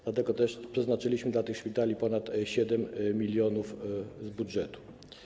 Dlatego też przeznaczyliśmy dla tych szpitali ponad 7 mln zł z budżetu.